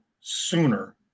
sooner